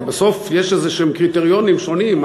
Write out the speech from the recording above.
בסוף יש איזשהם קריטריונים שונים,